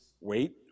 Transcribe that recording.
wait